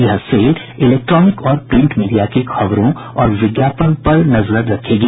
यह cell electronic और print media की खबरों और विज्ञापन पर नजर रखेगी